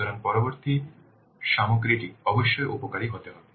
সুতরাং পরবর্তী সামগ্রীটি অবশ্যই উপকারী হতে হবে